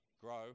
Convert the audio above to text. Grow